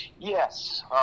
Yes